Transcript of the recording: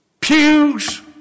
pews